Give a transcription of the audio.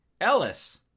Ellis